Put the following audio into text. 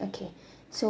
okay so